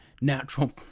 natural